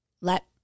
let